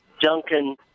Duncan